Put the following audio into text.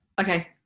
Okay